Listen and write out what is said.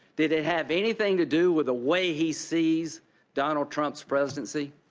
did it have anything to do with the way he sees donald trump's presidency?